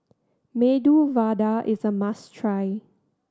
Medu Vada is a must try